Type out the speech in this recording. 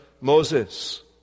Moses